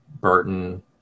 Burton